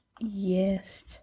yes